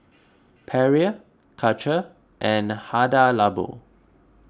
Perrier Karcher and Hada Labo